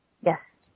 Yes